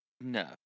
no